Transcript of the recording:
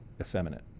effeminate